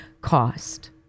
cost